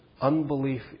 unbelief